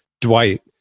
dwight